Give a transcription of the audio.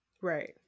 Right